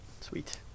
Sweet